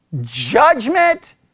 judgment